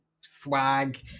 swag